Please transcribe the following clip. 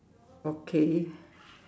okay